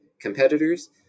competitors